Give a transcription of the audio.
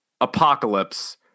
Apocalypse